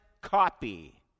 copy